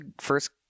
first